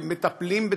ומטפלים,